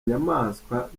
nyamaswa